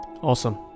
awesome